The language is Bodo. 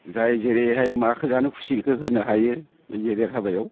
जाय जेरैहाय माखो जानो खुसि इखो होनो हायो बे गेदेर हाबायाव